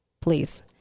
please